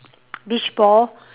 beach ball